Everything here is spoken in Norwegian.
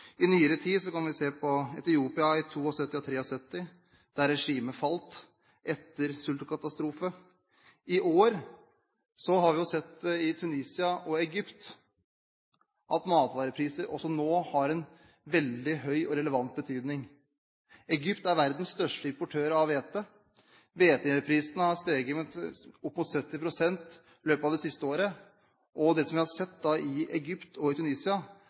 I nyere tid kan vi se på Etiopia i 1972 og 1973. Da falt regimet etter sult og katastrofe. I Tunisia og i Egypt har vi i år sett at matvarepriser også nå har en veldig høy og relevant betydning. Egypt er verdens største importør av hvete. Hveteprisene har steget med opp mot 70 pst. i løpet av det siste året. Revolusjonene som vi har sett i Egypt og Tunisia,